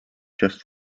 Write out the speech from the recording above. just